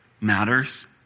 matters